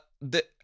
the-